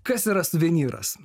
kas yra suvenyras